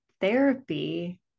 therapy